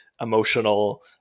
emotional